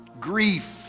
Grief